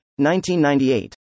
1998